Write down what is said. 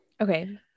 okay